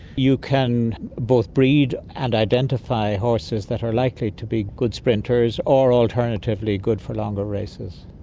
you can both breed and identify horses that are likely to be good sprinters or, alternatively, good for longer races.